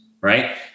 right